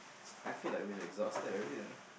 I feel like we exhausted everything